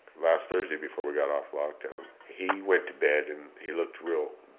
last thursday before we got off lockdown, he went to bed and he looked real,